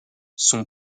son